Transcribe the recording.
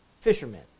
Fishermen